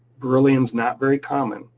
beryllium's not very common.